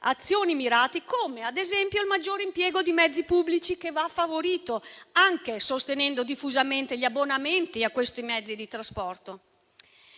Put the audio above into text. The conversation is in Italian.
azioni mirate, come ad esempio il maggiore impiego di mezzi pubblici che va favorito, anche sostenendo diffusamente gli abbonamenti a tali mezzi di trasporto.